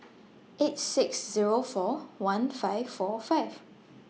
eight six Zero four one five four five